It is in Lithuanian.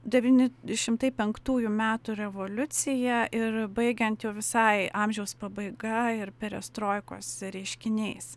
devyni šimtai penktųjų metų revoliucija ir baigiant jau visai amžiaus pabaiga ir perestroikos reiškiniais